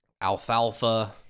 alfalfa